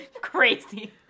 Crazy